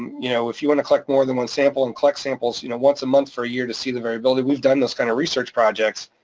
you know if you wanna collect more than one sample and collect samples you know once a month for a year to see the variability, we've done those kind of research projects,